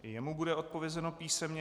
I jemu bude odpovězeno písemně.